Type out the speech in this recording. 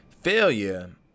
Failure